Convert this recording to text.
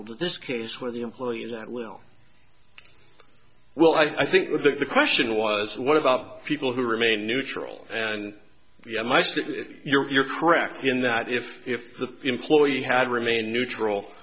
to this case where the employee that will well i think the question was what about people who remain neutral and yet my state you're correct in that if if the employee had remained neutral